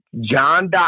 John